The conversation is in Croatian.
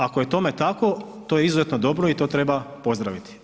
Ako je tome tako, to je izuzetno dobro i to treba pozdraviti.